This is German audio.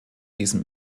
diesem